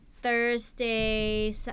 thursday